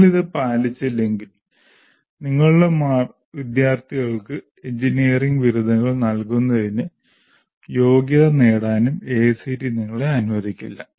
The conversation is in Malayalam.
നിങ്ങൾ അത് പാലിച്ചില്ലെങ്കിൽ നിങ്ങളുടെ വിദ്യാർത്ഥികൾക്ക് എഞ്ചിനീയറിംഗ് ബിരുദങ്ങൾ നൽകുന്നതിനും യോഗ്യത നേടാനും AICTE നിങ്ങളെ അനുവദിക്കില്ല